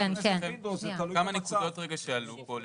כמה נקודות שעלו פה,